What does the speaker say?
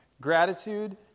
Gratitude